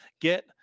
get